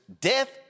death